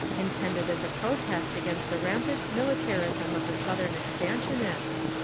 intended as a pro test against the rampant militarism of the southern expansionists,